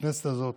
בכנסת הזאת,